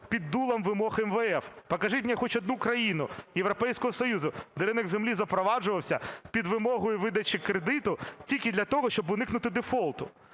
під дулом вимог МВФ. Покажіть мені хоч одну країну Європейського Союзу, де ринок землі запроваджувався під вимогою видачі кредиту тільки для того, щоб уникнути дефолту.